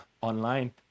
online